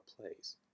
plays